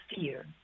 fear